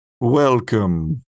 welcome